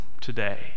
Today